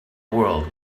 world